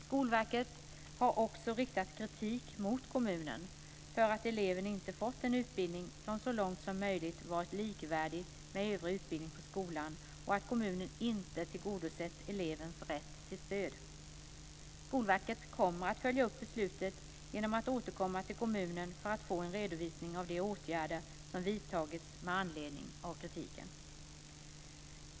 Skolverket har också riktat kritik mot kommunen för att eleven inte fått en utbildning som så långt som möjligt varit likvärdig med övrig utbildning på skolan och att kommunen inte tillgodosett elevens rätt till stöd. Skolverket kommer att följa upp beslutet genom att återkomma till kommunen för att få en redovisning av de åtgärder som vidtagits med anledning av kritiken.